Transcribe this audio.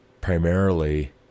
primarily